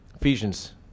ephesians